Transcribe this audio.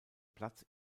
platz